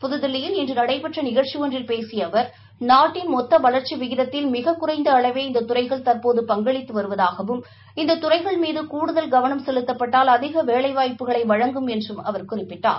புதுதில்லியில் இன்று நடைபெற்ற நிகழ்ச்சி ஒன்றில் பேசிய அவர் நாட்டின் மொத்த வளர்ச்சி விகிதத்தில் மிகக்குறைந்த அளவே இந்த துறைகள் தற்போது பங்களித்து வருவதாகவும் இந்த துறைகள் மீது கூடுதல் கவனம் செலுத்தப்பட்டால் அதிக வேலைவாய்ப்புகளை வழங்கும் என்று குறிப்பிட்டார்